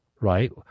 right